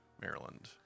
Maryland